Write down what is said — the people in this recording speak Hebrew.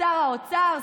שר האוצר,